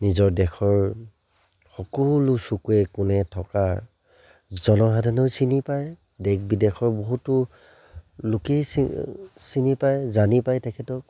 নিজৰ দেশৰ সকলো চুকে কোণে থকা জনসাধাৰণেও চিনি পায় দেশ বিদেশৰ বহুতো লোকেই চিনি চিনি পায় জানি পায় তেখেতক